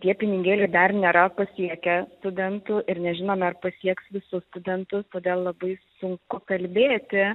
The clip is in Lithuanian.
tie pinigėliai dar nėra pasiekę studentų ir nežinome ar pasieks visus studentus todėl labai sunku kalbėti